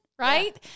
right